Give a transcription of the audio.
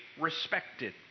respected